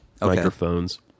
Microphones